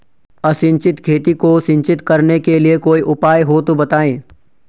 असिंचित खेती को सिंचित करने के लिए कोई उपाय हो तो बताएं?